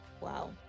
Wow